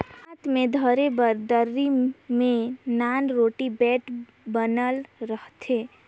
हाथ मे धरे बर दतरी मे नान रोट बेठ बनल रहथे